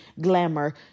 glamour